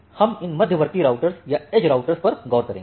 हम इन मध्यवर्ती राउटर या एज राउटर पर गौर करेंगे